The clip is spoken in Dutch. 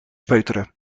peuteren